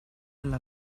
alla